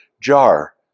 jar